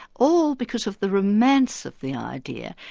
all because of the romance of the idea.